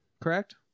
correct